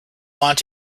want